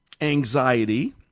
anxiety